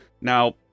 now